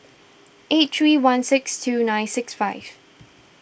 eight three one six two nine six five